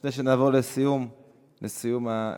לפני שנעבור לסיום הדיון,